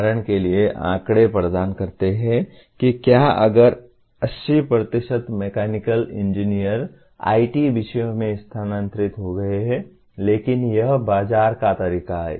उदाहरण के लिए आँकड़े प्रदान करते हैं कि क्या अगर 80 मैकेनिकल इंजीनियर IT विषयों में स्थानांतरित हो गए हैं लेकिन यह बाजार का तरीका है